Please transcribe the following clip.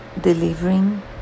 delivering